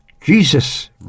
Jesus